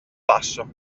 passo